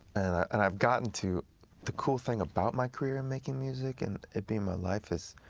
and i've gotten to the cool thing about my career in making music, and it being my life is